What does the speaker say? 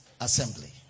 Assembly